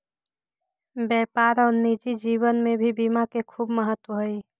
व्यापार और निजी जीवन में भी बीमा के खूब महत्व हई